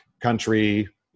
country